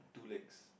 two legs